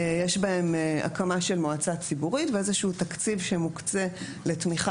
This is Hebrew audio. יש בהם הקמה של מועצה ציבורית ואיזשהו תקציב שמוקצה לתמיכה